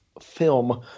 film